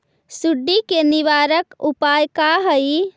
सुंडी के निवारक उपाय का हई?